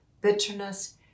bitterness